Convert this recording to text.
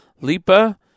Lipa